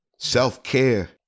Self-care